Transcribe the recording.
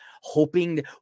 hoping